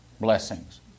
blessings